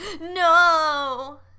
No